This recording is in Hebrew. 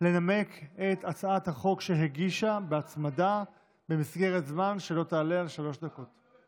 לנמק את הצעת החוק שהגישה בהצמדה במסגרת זמן שלא תעלה על שלוש דקות.